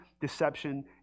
deception